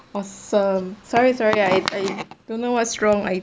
awesome sorry sorry I I don't know what's wrong I